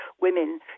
women